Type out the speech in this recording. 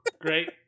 Great